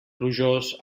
plujós